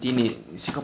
cheaper